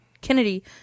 Kennedy